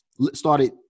started